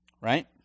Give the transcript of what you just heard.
Right